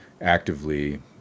actively